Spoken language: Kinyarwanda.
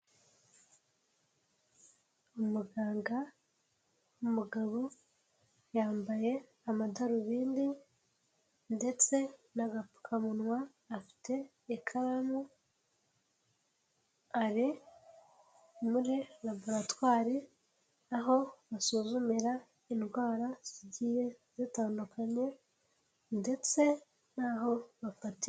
Umuganga w'umugabo yambaye amadarubindi ndetse n'agapfukamunwa afite ikaramu ari muri laboratwari, aho basuzumira indwara zigiye zitandukanye ndetse n'ho bafatira.